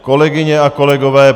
Kolegyně a kolegové!